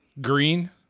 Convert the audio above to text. green